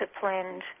disciplined